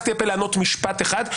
פתחתי את הפה לענות משפט אחד,